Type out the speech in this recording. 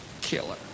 killer